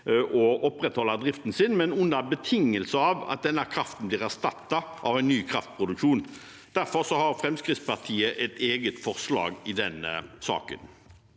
og opprettholde driften, men på betingelse av at denne kraften blir erstattet av en ny kraftproduksjon. Derfor har Fremskrittspartiet et eget forslag i denne saken.